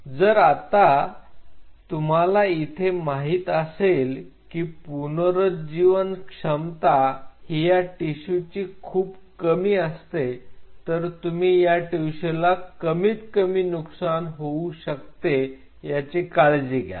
जर आता तुम्हाला इथे माहित असेल की पुनरूज्जीवन क्षमता ही या टिशूची खूप कमी असते तर तुम्ही या टिशूला कमीत कमी नुकसान होऊ शकते याची काळजी घ्याल